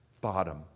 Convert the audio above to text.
bottom